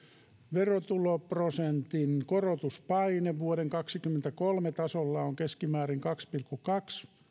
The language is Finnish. verotuloprosentin korotuspaine vuoden kaksikymmentäkolme tasolla on keskimäärin kaksi pilkku kaksi